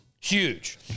Huge